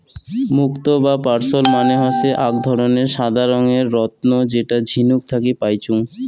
মুক্তো বা পার্লস মানে হসে আক ধরণের সাদা রঙের রত্ন যেটা ঝিনুক থাকি পাইচুঙ